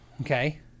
Okay